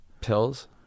Pills